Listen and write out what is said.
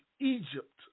Egypt